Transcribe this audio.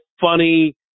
funny